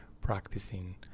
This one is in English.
practicing